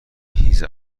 هیز